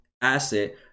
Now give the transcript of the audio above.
asset